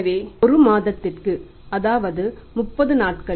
எனவே ஆம் ஒரு மாதத்திற்கு அதாவது 30 நாட்கள்